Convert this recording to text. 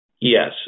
Yes